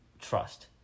trust